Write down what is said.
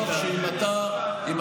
התשובה היא שהוא לא יכנס את הוועדה.